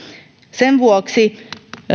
sen vuoksi